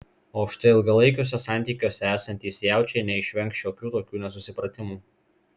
o štai ilgalaikiuose santykiuose esantys jaučiai neišvengs šiokių tokių nesusipratimų